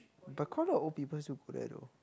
but quite a lot of old people still put there though